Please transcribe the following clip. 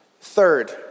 Third